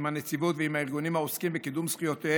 עם הנציבות ועם ארגונים העוסקים בקידום זכויותיהם